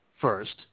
first